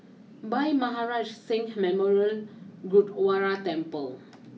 Bhai Maharaj Singh Memorial Gurdwara Temple